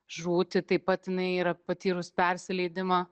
žūtį taip pat jinai yra patyrus persileidimą